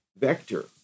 vector